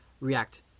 react